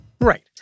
Right